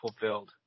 fulfilled